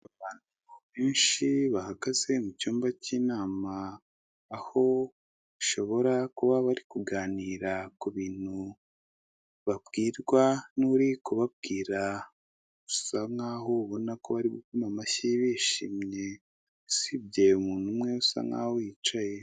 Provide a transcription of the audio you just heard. Abantu benshi bahagaze mu cyumba k'inama aho bashobora kuba bari kuganira ku bintu babwirwa n'uri kubabwira bisa nkaho ubona ko bari gukoma amashyi bishimye usibye umuntu umwe usa nkaho yicaye.